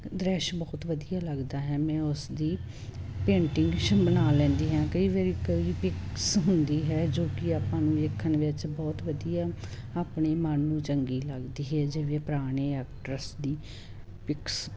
ਦ੍ਰਿਸ਼ ਬਹੁਤ ਵਧੀਆ ਲੱਗਦਾ ਹੈ ਮੈਂ ਉਸਦੀ ਪੇਂਟਿੰਗਸ਼ ਬਣਾ ਲੈਂਦੀ ਹਾਂ ਕਈ ਵਾਰ ਕਈ ਵਾਰ ਪਿਕਸ ਹੁੰਦੀ ਹੈ ਜੋ ਕਿ ਆਪਾਂ ਨੂੰ ਵੇਖਣ ਵਿੱਚ ਬਹੁਤ ਵਧੀਆ ਆਪਣੇ ਮਨ ਨੂੰ ਚੰਗੀ ਲੱਗਦੀ ਹੈ ਜਿਵੇਂ ਪੁਰਾਣੇ ਐਕਟਰਸ ਦੀ ਪਿਕਸ